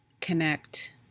connect